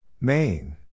Main